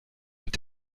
mit